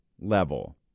level